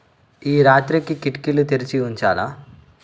ఈరాత్రికి కిటికీలు తెరిచి ఉంచాలా